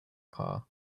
car